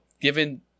given